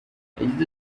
yagize